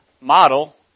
model